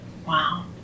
Wow